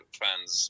fans